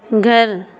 گھر